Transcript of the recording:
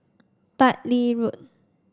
Bartley Road